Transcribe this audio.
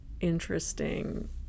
interesting